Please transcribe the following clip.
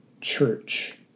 church